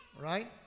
right